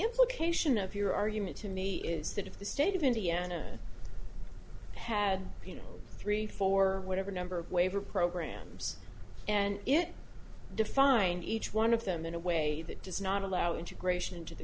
implication of your argument to me is that if the state of indiana had you know three for whatever number of waiver programs and it defined each one of them in a way that does not allow integration into the